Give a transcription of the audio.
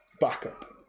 backup